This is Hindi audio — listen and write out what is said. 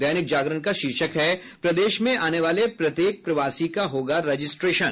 दैनिक जागरण का शीर्षक है प्रदेश में आने वाले प्रत्येक प्रवासी का होगा राजिस्ट्रेशन